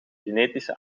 genetische